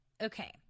okay